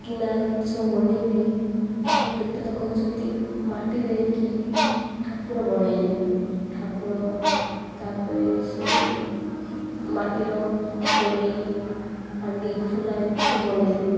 ଗିନା ଏମିତି ସବୁ ବନାଇବେ ଓ କେତେ ଲୋକ ହେଉଛନ୍ତି ମାଟି ଦେଇକି ଠାକୁର ବନାଇବେ ଠାକୁର ତା'ପରେ ସେ ମାଟିର କଡ଼େଇ ହାଣ୍ଡି ଚୁଲା ଏମିତି ସେ ବନାଇବେ